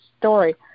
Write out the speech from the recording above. story